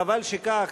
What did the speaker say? חבל שכך,